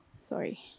Sorry